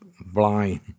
blind